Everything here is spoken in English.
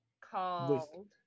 called